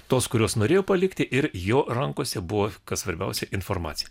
tuos kuriuos norėjo palikti ir jo rankose buvo kas svarbiausia informacija